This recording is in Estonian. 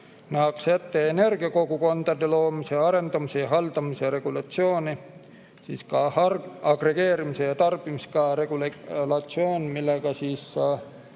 Nähakse ette ka energiakogukondade loomise, arendamise ja haldamise regulatsioon ning agregeerimise ja tarbimiskaja regulatsioon, millega